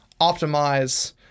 optimize